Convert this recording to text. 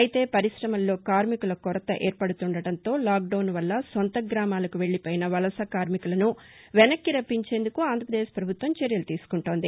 అయితే పరిశమల్లో కార్మికుల కొరత ఏర్పడుతుండటంతో లాక్డౌన్ వల్ల సొంత గ్రామాలకు వెల్లిపోయిన వలస కార్మికులను వెనక్కి రప్పించేందుకు ఆంధ్రప్రదేశ్ ప్రభుత్వం చర్యలు తీసుకుంటోంది